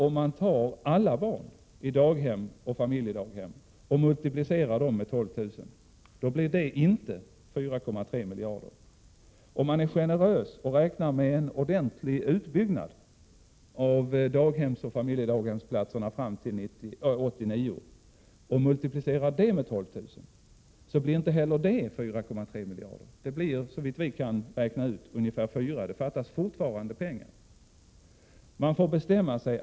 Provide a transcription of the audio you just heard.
Om man tar det totala antalet barn på daghem och i familjedaghem och multiplicerar den siffran med 12 000, blir det inte 4,3 miljarder. Om man är generös och räknar med en ordentlig utbyggnad av daghemsoch familjedaghemsplatserna fram till 1989 och multiplicerar den siffran med 12 000, blir det inte heller då 4,3 miljarder. Det blir, såvitt vi kan räkna ut, ungefär 4 miljarder. Det fattas alltså fortfarande pengar. Man får bestämma sig.